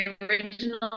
original